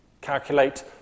Calculate